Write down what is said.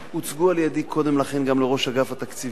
הוצגו על-ידי קודם לכן גם לראש אגף התקציבים,